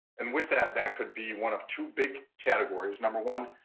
and with that, that could be one of two big categories. number one,